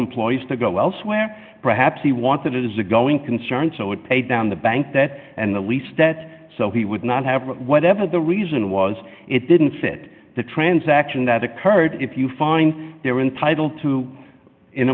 employees to go elsewhere perhaps he wanted it as a going concern so would pay down the bank that and the lease that so he would not have or whatever the reason was it didn't fit the transaction that occurred if you find they're entitled to